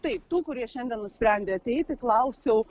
taip tų kurie šiandien nusprendė ateiti klausiau